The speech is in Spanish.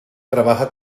trabaja